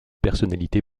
personnalité